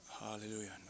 Hallelujah